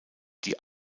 die